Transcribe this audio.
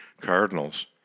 Cardinals